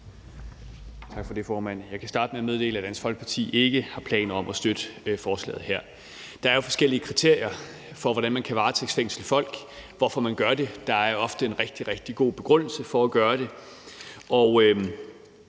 Tak for det, formand. Jeg kan starte med at meddele, at Dansk Folkeparti ikke har planer om at støtte forslaget her. Der er jo forskellige kriterier for, hvordan man kan varetægtsfængsle folk, og hvorfor man gør det, og der er jo ofte en rigtig, rigtig god begrundelse for at gøre det,